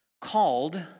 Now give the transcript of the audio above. called